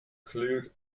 cleared